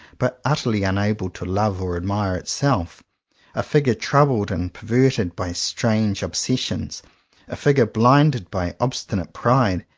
but utterly un able to love or admire itself a figure troubled and perverted by strange ob sessions a figure blinded by obstinate pride,